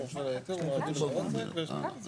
וועדה מקומית או של רשות רישוי לסרב לתת היתר או לדחות התמודדות.